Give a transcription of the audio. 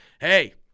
Hey